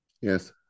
Yes